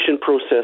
process